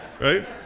right